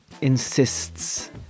insists